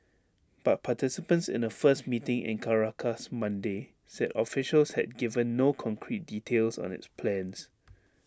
but participants in A first meeting in Caracas Monday said officials had given no concrete details on its plans